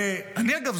ואגב,